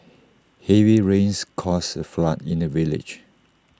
heavy rains caused A flood in the village